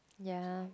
ya